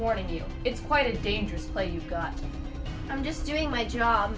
warning you it's quite a dangerous play you've got i'm just doing my job